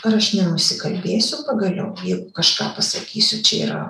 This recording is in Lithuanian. ar aš nenusikalbėsiu pagaliau jeigu kažką pasakysiu čia yra